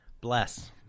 Bless